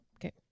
okay